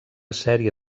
sèrie